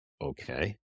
okay